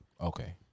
Okay